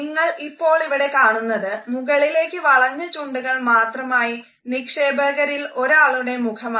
നിങ്ങൾ ഇപ്പോൾ ഇവിടെ കാണുന്നത് മുകളിലേയ്ക്ക് വളഞ്ഞ ചുണ്ടുകൾ മാത്രമായി നിക്ഷേപകരിൽ ഒരാളുടെ മുഖമാണ്